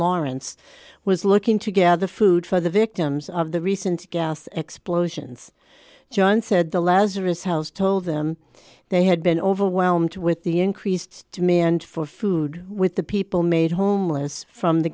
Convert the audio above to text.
lawrence was looking to gather food for the victims of the recent gas explosions john said the lazarus house told them they had been overwhelmed with the increased demand for food with the people made homeless from the